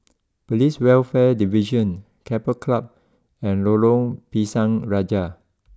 police Welfare Division Keppel Club and Lorong Pisang Raja